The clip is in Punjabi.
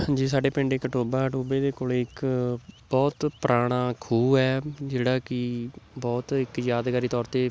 ਹਾਂਜੀ ਸਾਡੇ ਪਿੰਡ ਇੱਕ ਟੋਭਾ ਟੋਭੇ ਦੇ ਕੋਲ ਇੱਕ ਬਹੁਤ ਪੁਰਾਣਾ ਖੂਹ ਹੈ ਜਿਹੜਾ ਕਿ ਬਹੁਤ ਇੱਕ ਯਾਦਗਾਰੀ ਤੌਰ 'ਤੇ